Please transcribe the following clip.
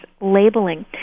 labeling